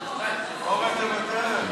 אורן, תוותר.